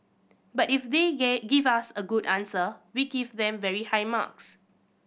but if they give us a good answer we give them very high marks